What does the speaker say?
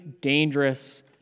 dangerous